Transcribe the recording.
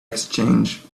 exchange